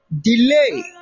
delay